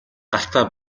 гартаа